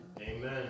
Amen